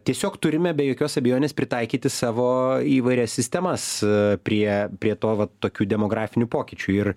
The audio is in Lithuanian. tiesiog turime be jokios abejonės pritaikyti savo įvairias sistemas prie prie to va tokių demografinių pokyčių ir